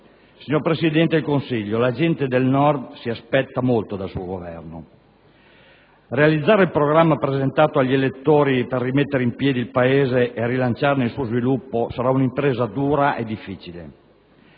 Signor Presidente del Consiglio, la gente del Nord si aspetta molto dal suo Governo. Realizzare il programma presentato agli elettori per rimettere in piedi il Paese e rilanciarne lo sviluppo sarà un'impresa dura e difficile.